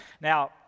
Now